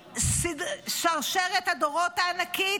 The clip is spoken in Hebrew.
ומשרשרת הדורות הענקית,